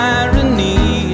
irony